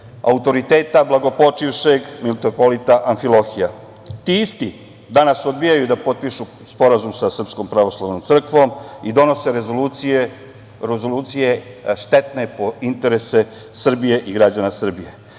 autoriteta blagopočivšeg mitropolita Amfilohija. Ti isti danas odbijaju da potpišu sporazum sa Srpskom pravoslavnom crkvom i donose rezolucije štetne po interese Srbije i građana Srbije.